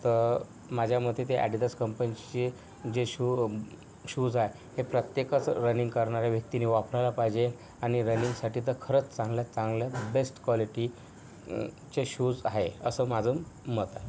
तर माझ्या मते ते आडीदास कंपनीचे जे शू शूज आहे ते प्रत्येकच रनिंग करणाऱ्या व्यक्तीनी वापरायला पाहिजे आणि रनिंगसाठी तर खरंच चांगल्यात चांगलं बेस्ट क्वालिटीचे शूज आहे असं माझं मत आहे